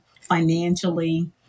financially